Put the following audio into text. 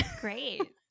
Great